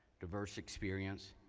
diverse experience,